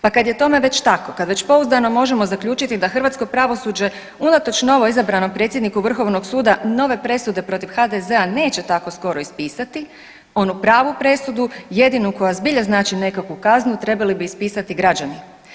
Pa kada je tome već tako kad već pouzdano možemo zaključiti da hrvatskoj pravosuđe unatoč novoizabranom predsjedniku Vrhovnog suda nove presude protiv HDZ-a neće tako skoro ispisati, onu pravu presudu, jedinu koja zbilja znači nekakvu kaznu trebali bi ispisati građani.